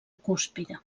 cúspide